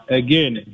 again